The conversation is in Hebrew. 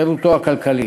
חירותו הכלכלית.